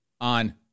on